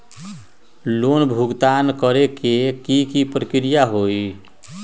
Loan भुगतान करे के की की प्रक्रिया होई?